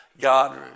God